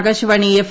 Akashvani F